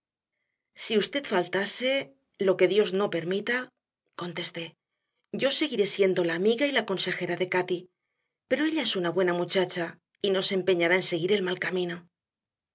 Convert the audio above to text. si usted faltase lo que dios no permita contesté yo seguiré siendo la amiga y la consejera de cati pero ella es una buena muchacha y no se empeñará en seguir el mal camino